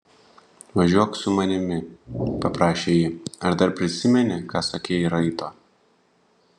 važiuok su manimi paprašė ji ar dar prisimeni ką sakei raito